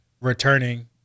returning